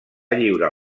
lliurar